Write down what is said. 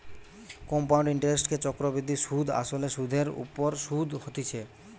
compound ইন্টারেস্টকে চক্রবৃদ্ধি সুধ আসলে সুধের ওপর শুধ হতিছে